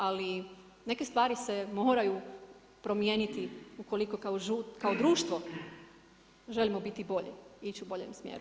Ali neke stvari se moraju promijeniti ukoliko kao društvo želimo biti bolji i ići u boljem smjeru.